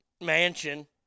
mansion